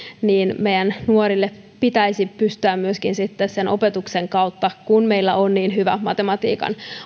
pystyä meidän nuorillemme myöskin opetuksen kautta tuomaan perusasioita kun meillä on niin hyvä matematiikan